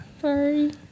Sorry